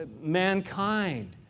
mankind